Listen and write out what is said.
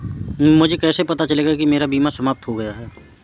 मुझे कैसे पता चलेगा कि मेरा बीमा समाप्त हो गया है?